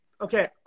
Okay